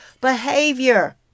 behavior